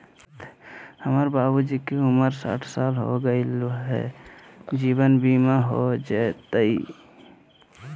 हमर बाबूजी के उमर साठ साल हो गैलई ह, जीवन बीमा हो जैतई?